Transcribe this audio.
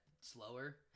slower